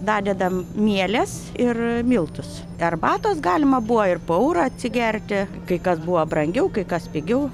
dadedam mieles ir miltus arbatos galima buvo ir po eurą atsigerti kai kas buvo brangiau kai kas pigiau